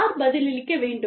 யார் பதிலளிக்க வேண்டும்